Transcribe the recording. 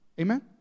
Amen